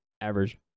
Average